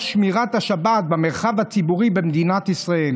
שמירת השבת במרחב הציבור במדינת ישראל